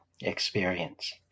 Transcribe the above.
experience